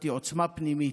שכתבתי עוצמה פנימית,